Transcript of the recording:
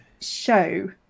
show